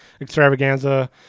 extravaganza